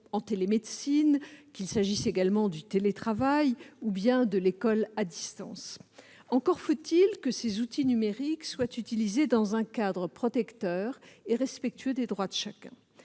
en télémédecine, qu'il s'agisse également du télétravail ou bien de l'école à distance. Encore faut-il que ces outils numériques soient utilisés dans un cadre protecteur et respectueux des droits de chacun.